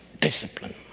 discipline